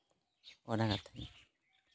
ᱚᱱᱟ